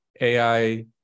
AI